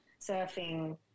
surfing